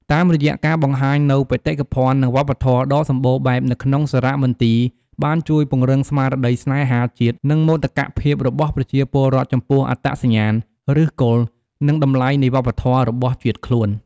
តាមរយៈការបង្ហាញនូវបេតិកភណ្ឌ និងវប្បធម៌ដ៏សម្បូរបែបនៅក្នុងសារមន្ទីរបានជួយពង្រឹងស្មារតីស្នេហាជាតិ និងមោទកភាពរបស់ប្រជាពលរដ្ឋចំពោះអត្តសញ្ញាណ ឫសគល់ និងតម្លៃនៃវប្បធម៌របស់ជាតិខ្លួន។